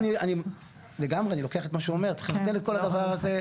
צריך לבטל את כל הדבר הזה.